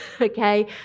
okay